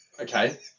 Okay